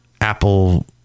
Apple